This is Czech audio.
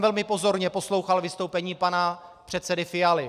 Velmi pozorně jsem poslouchal vystoupení pana předsedy Fialy.